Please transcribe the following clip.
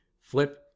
Flip